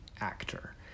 actor